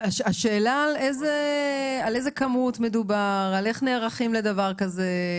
השאלה על איזה כמות מדובר, איך נערכים לדבר כזה.